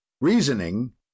Reasoning